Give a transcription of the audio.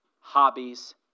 hobbies